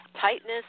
tightness